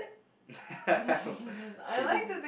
kidding